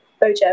Bojo